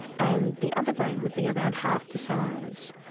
and the other brain would be around half the size,